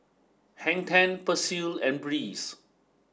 Hang Ten Persil and Breeze